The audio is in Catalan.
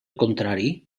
contrari